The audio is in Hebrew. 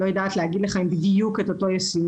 אני לא יודעת להגיד לך אם זה בדיוק אותו יישומון.